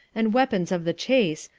and weapons of the chase,